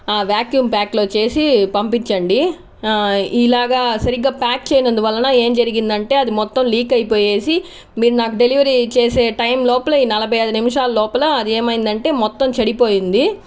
vacuum ప్యాక్లో చేసి పంపించండి ఇలాగ సరిగ్గా ప్యాక్ చేయనందువలన ఏం జరిగిందంటే అది మొత్తం లీక్ అయిపోయేసి మీరు నాకు డెలివరీ చేసే టైమ్ లోపలే ఈ నలభై ఐదు నిమిషాల లోపల అది ఏమయిందంటే మొత్తం చెడిపోయింది